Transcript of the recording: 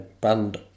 band